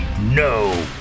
no